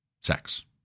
sex